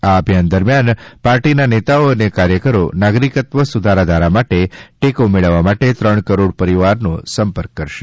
આ અભિયાન દરમિયાન પાર્ટીના નેતાઓ અને કાર્યકરો નાગરિકત્ત્વ સુધારા ધારા માટે ટેકો મેળવવા માટે ત્રણ કરોડ પરિવારોનો સંપર્ક કરશે